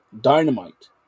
Dynamite